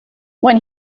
when